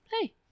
Hey